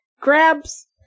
grabs